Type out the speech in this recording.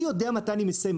אני יודע מתי אני מסיים.